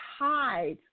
hide